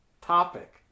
topic